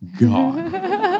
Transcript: God